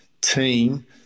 team